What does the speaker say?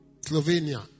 Slovenia